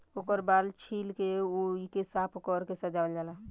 ओकर बाल छील के फिर ओइके साफ कर के सजावल जाला